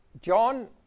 John